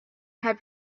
have